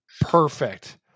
Perfect